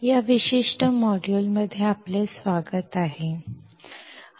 या विशिष्ट मॉड्यूलमध्ये आपले स्वागत आहे